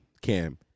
Cam